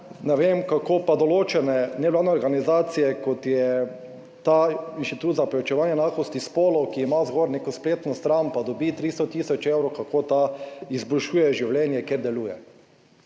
ne vem kako, pa določene nevladne organizacije, kot je ta inštitut za preučevanje enakosti spolov, ki ima zgolj neko spletno stran, pa dobi 300.000 evrov kako ta izboljšuje življenje, kjer deluje.